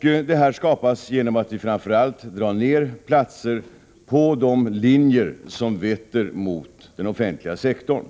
Detta åstadkoms framför allt genom att vi drar ner när det gäller platser på de linjer som vetter mot den offentliga sektorn.